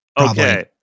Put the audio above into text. Okay